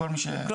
במוקד.